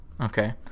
Okay